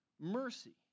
mercy